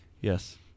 Yes